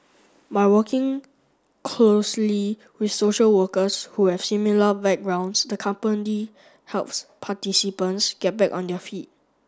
by working closely with social workers who have similar backgrounds the company helps participants get back on their feet